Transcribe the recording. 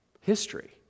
history